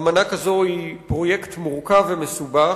אמנה כזו היא פרויקט מורכב ומסובך,